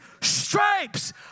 stripes